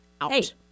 out